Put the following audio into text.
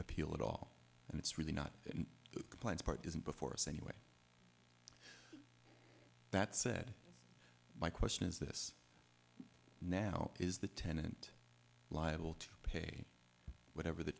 appeal at all and it's really not in the plans part is before us anyway that said my question is this now is the tenant liable to pay whatever the